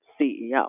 ceo